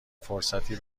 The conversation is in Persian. فرصتی